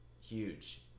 huge